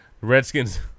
Redskins –